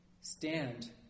stand